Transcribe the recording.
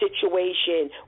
situation